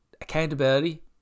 accountability